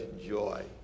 joy